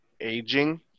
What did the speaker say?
Aging